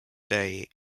day